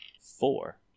Four